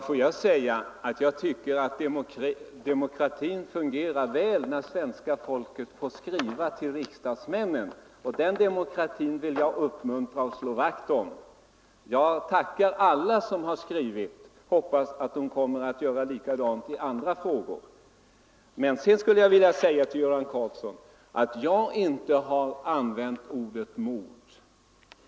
Fru talman! Jag tycker att demokratin fungerar väl, när svenska folket får skriva till riksdagsmännen. Den demokratin vill jag uppmuntra och slå vakt om. Jag tackar alla som har skrivit och hoppas att de kommer att göra likadant i andra frågor. Sedan vill jag säga till Göran Karlsson i Huskvarna att jag inte har använt ordet mord.